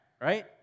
right